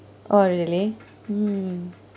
oh really mm